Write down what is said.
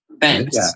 Thanks